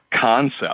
concept